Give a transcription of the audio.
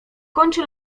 kończy